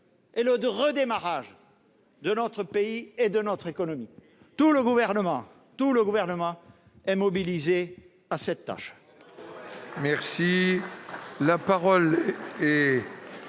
et le redémarrage de notre pays et de notre économie. Tout le Gouvernement est mobilisé à cette tâche.